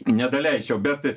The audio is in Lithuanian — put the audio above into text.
nedaleisčiau bet